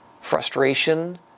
frustration